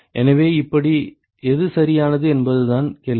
எனவே எப்படி எது சரியானது என்பதுதான் கேள்வி